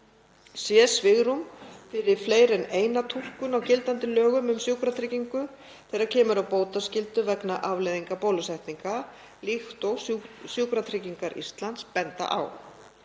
sé svigrúm fyrir fleiri en eina túlkun á gildandi lögum um sjúklingatryggingu þegar kemur að bótaskyldu vegna afleiðinga bólusetninga, líkt og Sjúkratryggingar Íslands benda á.